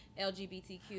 LGBTQ